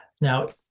Now